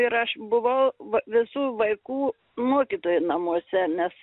ir aš buvau va visų vaikų mokytoja namuose nes